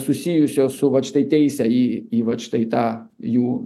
susijusio su vat štai teise į vat štai tą jų